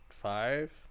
Five